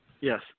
Yes